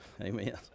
Amen